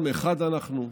עם אחד אנחנו,